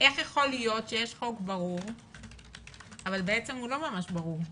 איך יכול להיות שיש חוק ברור אבל הוא בעצם לא ממש ברור?